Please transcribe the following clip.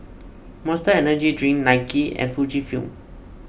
Monster Energy Drink Nike and Fujifilm